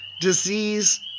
disease